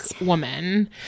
woman